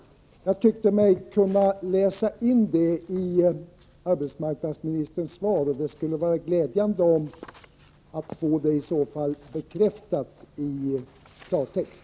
Jag tyckte mig kunna läsa in detta i arbetsmarknadsministerns svar. Det skulle vara glädjande att i så fall få det bekräftat i klartext.